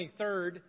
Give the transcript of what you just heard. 23rd